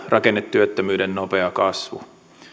rakennetyöttömyyden nopea kasvu